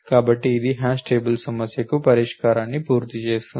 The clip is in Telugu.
కాబట్టి ఇది హ్యాష్ టేబుల్ సమస్యకు పరిష్కారాన్ని పూర్తి చేస్తుంది